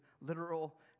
literal